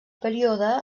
període